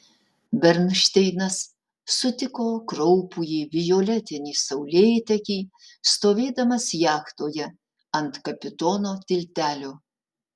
bernšteinas sutiko kraupųjį violetinį saulėtekį stovėdamas jachtoje ant kapitono tiltelio